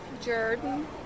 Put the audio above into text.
Jordan